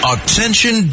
Attention